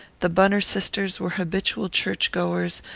the bunner sisters were habitual church-goers,